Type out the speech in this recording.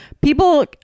people